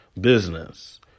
business